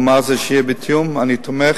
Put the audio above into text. הוא אמר שזה יהיה בתיאום, אני תומך.